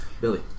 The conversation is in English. Billy